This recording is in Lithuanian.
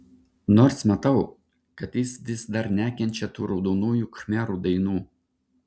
nors matau kad jis vis dar nekenčia tų raudonųjų khmerų dainų